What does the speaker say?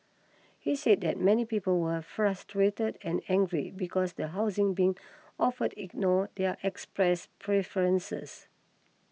he said that many people were frustrated and angry because the housing being offered ignored their expressed preferences